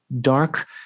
dark